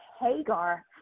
Hagar